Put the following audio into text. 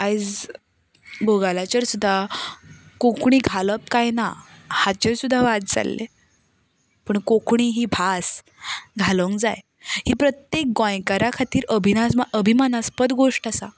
आयज गुगलाचेर सुद्दां कोंकणी घालप काय ना हाचेर सुद्दां वाद जाल्ले पूण कोंकणी ही भास घालूंक जाय ही प्रत्येक गोंयकारा खातीर अभिमाना अभिमानास्पद गोश्ट आसा